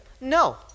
no